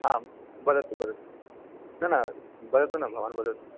आं वदतु वदतु न न वदतु न भवान् वदतु